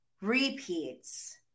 repeats